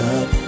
up